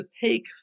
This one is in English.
take